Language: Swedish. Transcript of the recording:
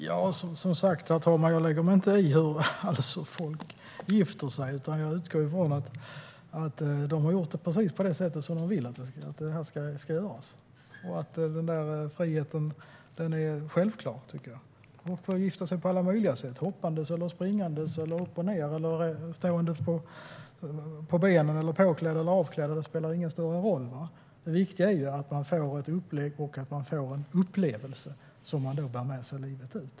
Herr talman! Som sagt: Jag lägger mig inte i hur folk gifter sig. Jag utgår från att de har gjort det precis så som de vill att det ska göras. Den friheten tycker jag är självklar. Man får gifta sig på alla möjliga sätt: hoppandes, springandes, uppochned, ståendes på benen, påklädd eller avklädd. Det spelar ingen större roll, utan det viktiga är att man får ett upplägg och en upplevelse som man bär med sig livet ut.